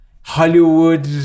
hollywood